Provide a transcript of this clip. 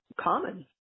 common